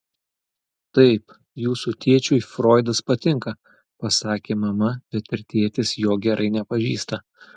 taip jūsų tėčiui froidas patinka pasakė mama bet ir tėtis jo gerai nepažįsta